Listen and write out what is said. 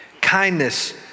kindness